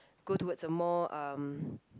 go towards a more um